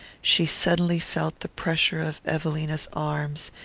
she suddenly felt the pressure of evelina's arms,